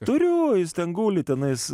turiu jis ten guli tenais